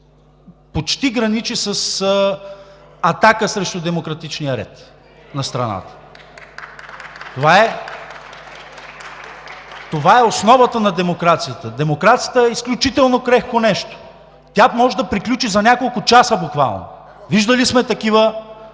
почти граничи с атака срещу демократичния ред на страната. Това е основата на демокрацията. Демокрацията е изключително крехко нещо, тя може да приключи за няколко часа буквално. Виждали сме такива